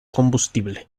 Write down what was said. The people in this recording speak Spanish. combustible